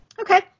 Okay